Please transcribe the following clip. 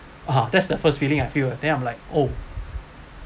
ah that's the first feeling I feel eh then I'm like oh